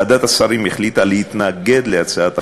ועדת השרים החליטה להתנגד להצעת החוק.